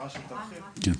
העניין?